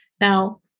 Now